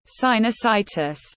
sinusitis